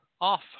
off